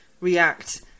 react